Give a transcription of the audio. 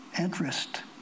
interest